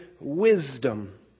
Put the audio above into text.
wisdom